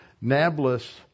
Nablus